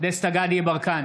דסטה גדי יברקן,